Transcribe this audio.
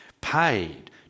paid